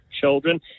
children